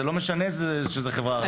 זה לא משנה שזה חברה ערבית.